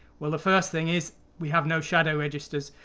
well the first thing is we have no shadow registers.